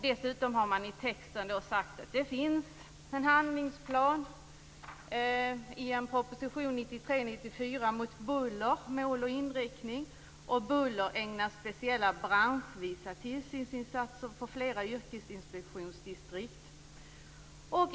Dessutom säger man i texten att det finns en handlingsplan mot buller. En proposition från 1993/94 handlar om mål och inriktning för denna. Man skriver att buller ägnas speciella branschvisa tillsynsinsatser på flera yrkesinspektionsdistrikt.